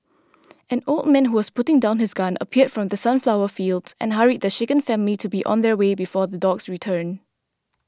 an old man who was putting down his gun appeared from the sunflower fields and hurried the shaken family to be on their way before the dogs return